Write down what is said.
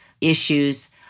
issues